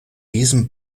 diesem